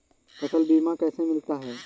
फसल बीमा कैसे मिलता है?